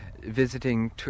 visiting